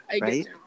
Right